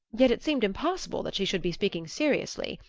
yet it seemed impossible that she should be speaking seriously.